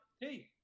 Hey